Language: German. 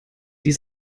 die